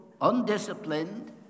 undisciplined